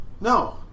No